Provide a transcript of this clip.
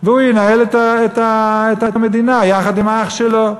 והוא ינהל את המדינה יחד עם האח שלו.